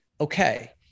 okay